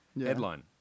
headline